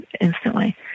instantly